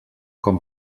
com